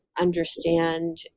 understand